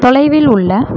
தொலைவில் உள்ள